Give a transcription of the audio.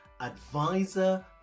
Advisor